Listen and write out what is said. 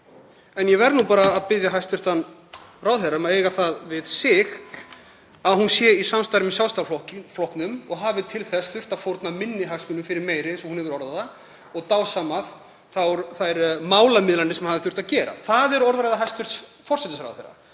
en ég verð nú bara að biðja hæstv. ráðherra um að eiga það við sig að hún sé í samstarfi með Sjálfstæðisflokknum og hafi til þess þurft að fórna minni hagsmunum fyrir meiri, eins og hún hefur orðað það, og dásamað þær málamiðlanir sem hafi þurft að gera. Það er orðræða hæstv. forsætisráðherra